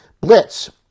blitz